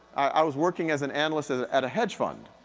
i was working as an analyst at a hedge fund.